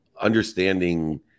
understanding